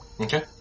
Okay